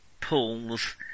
pulls